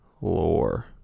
lore